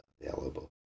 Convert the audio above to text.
available